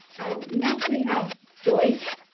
and next we have joyce.